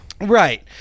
right